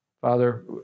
Father